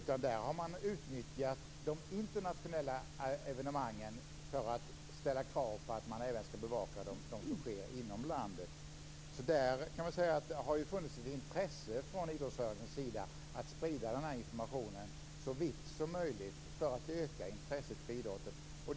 Man har utnyttjat de internationella evenemangen för att ställa krav på att även de evenemang som sker inom landet skall bevakas. Man kan säga att det har funnits ett intresse från idrottsrörelsens sida att sprida denna information så vitt som möjligt för att öka intresset för idrotten.